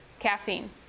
caffeine